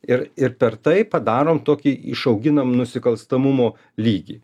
ir ir per tai padarom tokį išauginam nusikalstamumo lygį